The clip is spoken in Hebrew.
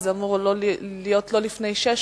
וזה אמור להיות לא לפני 18:00